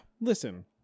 listen